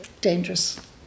dangerous